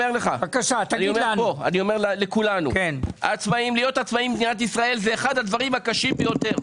להיות עצמאים במדינת ישראל זה אחד הדברים הקשים ביותר,